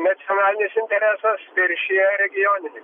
nacionalinis interesas viršija regioninį